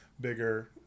bigger